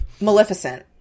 Maleficent